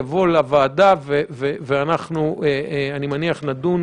יבוא לוועדה ואנחנו נדון,